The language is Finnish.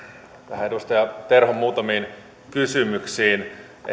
edustaja terhon muutamiin kysymyksiin